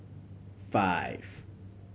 five